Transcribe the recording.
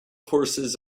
forces